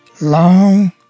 Long